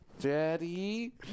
daddy